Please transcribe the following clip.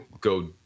go